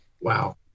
Wow